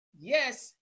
yes